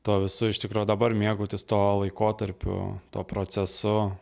tuo visu iš tikro dabar mėgautis tuo laikotarpiu tuo procesu